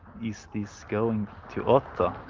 is this going to otto?